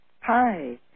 Hi